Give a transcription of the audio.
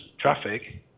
traffic